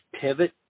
pivot